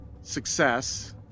success